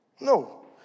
No